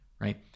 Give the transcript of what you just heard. right